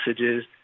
messages